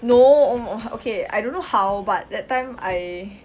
no oh oh okay I don't know how but that time I